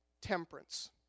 temperance